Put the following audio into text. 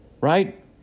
Right